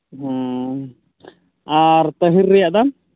ᱦᱮᱸ ᱟᱨ ᱛᱟᱦᱮᱨ ᱨᱮᱭᱟᱜ ᱫᱚ